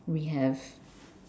we have